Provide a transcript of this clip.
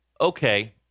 okay